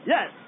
Yes